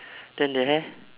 then the hair